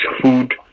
food